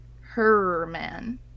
Herman